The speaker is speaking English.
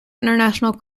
international